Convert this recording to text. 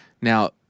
Now